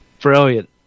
brilliant